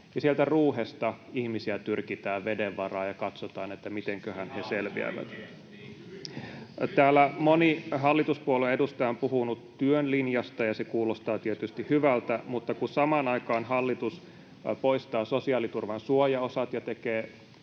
sieltä ruuhesta ihmisiä tyrkitään veden varaan ja katsotaan, että mitenköhän he selviävät. Täällä moni hallituspuolueen edustaja on puhunut työn linjasta, ja se kuulostaa tietysti hyvältä, mutta kun samaan aikaan hallitus poistaa sosiaaliturvan suojaosat ja tekee